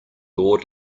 lord